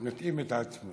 מתאים את עצמו.